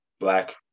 black